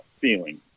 feeling